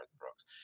brooks